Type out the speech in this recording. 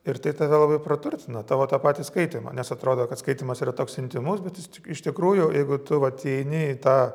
ir tai tave labai praturtina tavo tą patį skaitymą nes atrodo kad skaitymas yra toks intymus bet iš tikrųjų jeigu tu vat įeini į tą